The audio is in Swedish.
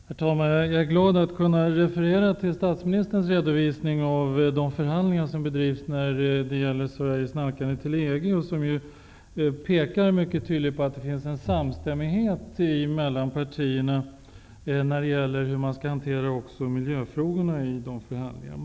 Herr talman! Jag är glad att kunna referera till statsministerns redovisning av de förhandlingar som pågår när det gäller Sveriges nalkande till EG, som mycket tydligt pekar på att det finns en samstämmighet mellan partierna om hur miljöfrågorna skall hanteras i de förhandlingarna.